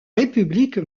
république